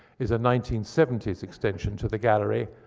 is a nineteen seventy s extension to the gallery,